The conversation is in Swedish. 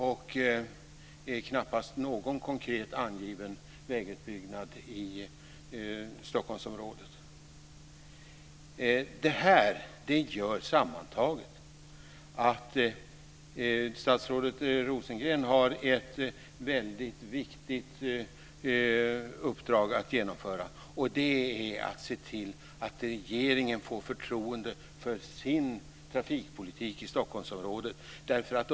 Det finns knappast någon konkret angiven vägutbyggnad i Stockholmsområdet. Detta gör sammantaget att statsrådet Rosengren har ett väldigt viktigt uppdrag att genomföra. Det är att se till att regeringen får förtroende för sin trafikpolitik i Stockholmsområdet.